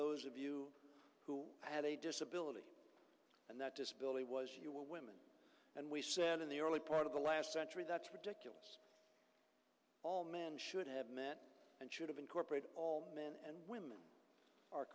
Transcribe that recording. those of you who had a disability and that disability was you were women and we said in the early part of the last century that's ridiculous all men should have men and should have incorporated all men and women are